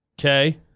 Okay